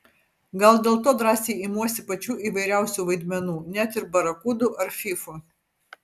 gal dėl to drąsiai imuosi pačių įvairiausių vaidmenų net ir barakudų ar fyfų